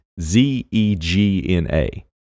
Z-E-G-N-A